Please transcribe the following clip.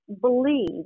believe